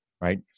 right